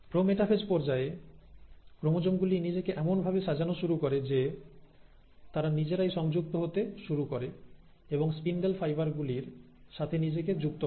pro metaphase পর্যায়ে chromosome গুলি নিজেকে এমনভাবে সাজানো শুরু করে যে তারা নিজেরাই সংযুক্ত হতে শুরু করে এবং স্পিন্ডেল ফাইবার গুলির সাথে নিজেকে যুক্ত করে